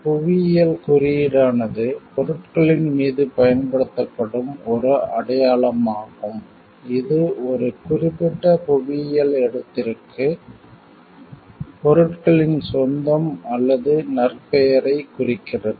புவியியல் குறியீடானது பொருட்களின் மீது பயன்படுத்தப்படும் ஒரு அடையாளம் ஆகும் இது ஒரு குறிப்பிட்ட புவியியல் இடத்திற்கு பொருட்களின் சொந்தம் அல்லது நற்பெயரைக் குறிக்கிறது